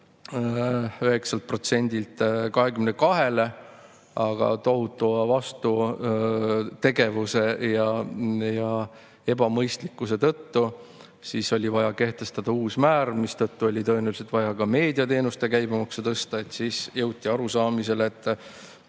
9%-lt 22%-le, aga tohutu vastutegevuse ja ebamõistlikkuse tõttu oli vaja kehtestada uus määr, mistõttu oli tõenäoliselt vaja ka meediateenuste käibemaksu tõsta, siis jõuti arusaamisele, et